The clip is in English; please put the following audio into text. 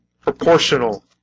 proportional